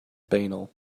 banal